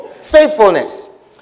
Faithfulness